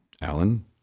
Alan